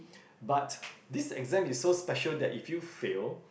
but this exam is so special that if you fail